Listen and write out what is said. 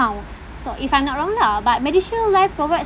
so if I'm not wrong lah but MediShield life provides